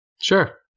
Sure